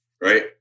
right